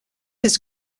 his